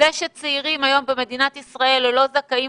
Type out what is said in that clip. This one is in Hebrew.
אתם יודעים שצעירים היום במדינת ישראל לא זכאים